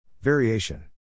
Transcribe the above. Variation